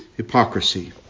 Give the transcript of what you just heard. Hypocrisy